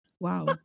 Wow